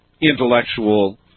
intellectual